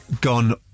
gone